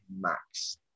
Max